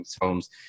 homes